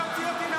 הוא לא יוצא.